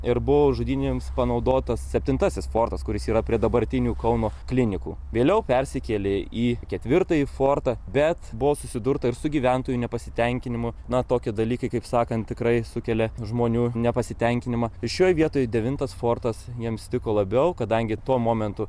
ir buvo žudynėms panaudotas septintasis fortas kuris yra prie dabartinių kauno klinikų vėliau persikėlė į ketvirtąjį fortą bet buvo susidurta ir su gyventojų nepasitenkinimu na tokie dalykai kaip sakant tikrai sukelia žmonių nepasitenkinimą šioje vietoj devintas fortas jiems tiko labiau kadangi tuo momentu